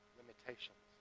limitations